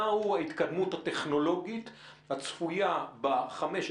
מהי ההתקדמות הטכנולוגית הצפויה בחמש,